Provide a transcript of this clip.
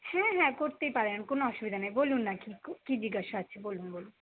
হ্যাঁ হ্যাঁ করতেই পারেন কোন অসুবিধা নেই বলুন না কি জিজ্ঞাসা আছে বলুন বলুন